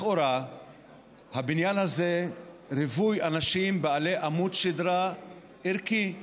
לכאורה הבניין הזה רווי אנשים בעלי עמוד שדרה ערכי,